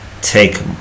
take